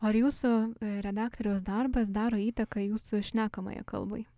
ar jūsų redaktoriaus darbas daro įtaką jūsų šnekamajai kalbai